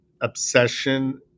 obsession